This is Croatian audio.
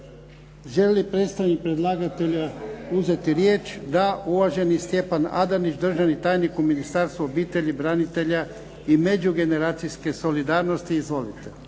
li predstavnik predlagatelja uzeti riječ? Da. Uvaženi Stjepan Adanić, državni tajnik u Ministarstvu obitelji, branitelja i međugeneracijske solidarnosti. Izvolite.